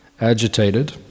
agitated